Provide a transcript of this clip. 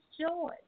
joy